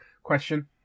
question